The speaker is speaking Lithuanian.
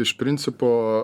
iš principo